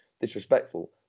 disrespectful